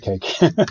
cake